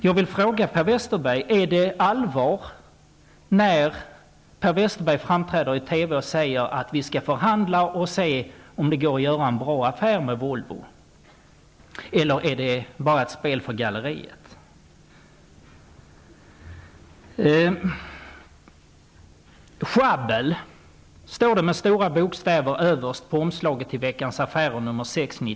Jag vill fråga Per Westerberg: Är det allvar när näringsministern vid sitt framträdande i TV säger att vi skall förhandla för att se om det går att göra en bra affär med Volvo? Eller är det bara ett spel för galleriet? ''SJABBEL'' står det överst på omslaget till Veckans Affärer nr 6/92.